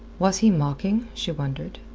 was he mocking, she wondered,